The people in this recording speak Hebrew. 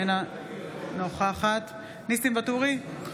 אינה נוכחת ניסים ואטורי,